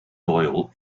doyle